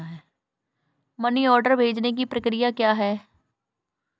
Money order भेजने की प्रक्रिया क्या है?